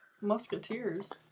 Musketeers